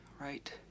right